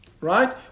Right